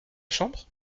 chambre